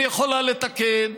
ויכולה לתקן,